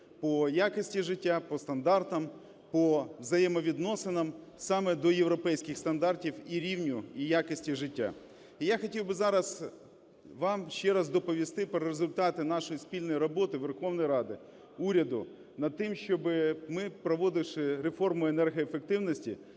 по якості життя, по стандартам, по взаємовідносинам саме до європейських стандартів і рівня, і якості життя. І я хотів би зараз вам ще раз доповісти про результати нашої спільної роботи, Верховної Ради, уряду, над тим, щоб ми, проводивши реформу енергоефективності,